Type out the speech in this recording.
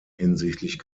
hinsichtlich